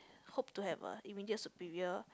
hope to have a immediate superior